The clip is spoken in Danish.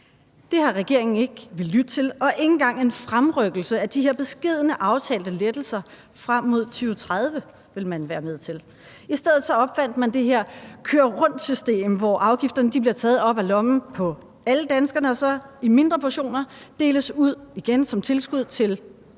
Det har regeringen ikke villet lytte til, og ikke engang en fremrykning af de her beskedne aftalte lettelser frem mod 2030 vil man være med til. I stedet opfandt man det her køre rundt-system, hvor afgifterne bliver taget op af lommen på alle danskerne og så deles ud igen i mindre portioner som tilskud til udvalgte